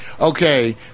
Okay